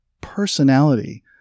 personality